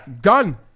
Done